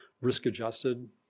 risk-adjusted